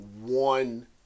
one